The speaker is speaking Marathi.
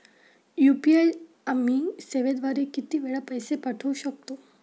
यू.पी.आय आम्ही सेवेद्वारे किती वेळा पैसे पाठवू शकतो?